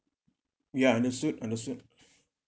yeah understood understood